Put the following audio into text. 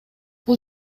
бул